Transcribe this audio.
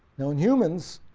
now in humans,